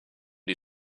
die